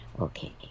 okay